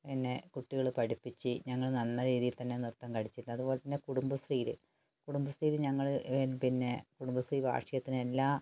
എന്നെ കുട്ടികൾ പഠിപ്പിച്ച് ഞങ്ങൾ നല്ല രീതിയിൽ തന്നെ നൃത്തം കളിച്ചിട്ടുണ്ട് അതുപോലെതന്നെ കുടുംബശ്രീയിൽ കുടുംബശ്രീയിൽ ഞങ്ങൾ പിന്നെ കുടുംബശ്രീ വാർഷികത്തിന് എല്ലാ